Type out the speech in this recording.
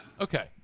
Okay